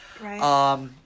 Right